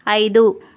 ఐదు